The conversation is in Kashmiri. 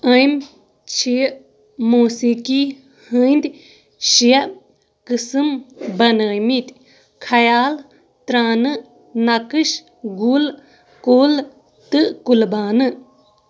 أمۍ چھِ موسیٖقی ہٕنٛدۍ شےٚ قٕسٕم بنٲیمٕتۍ خیال ترٛانہٕ نَقٕش گُل کُل تہٕ قُلبانہٕ